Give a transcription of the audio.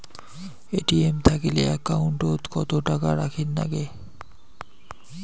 ATM থাকিলে account ওত কত টাকা রাখীর নাগে?